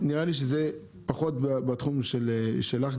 נראה לי שזה פחות בתחום שלך,